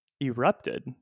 erupted